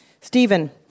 Stephen